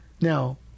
Now